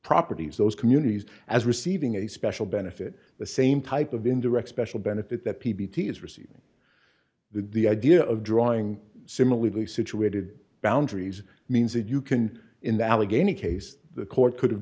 properties those communities as receiving a special benefit the same type of indirect special benefit that p b t is receiving the idea of drawing similarly situated boundaries means that you can in the allegheny case the court could have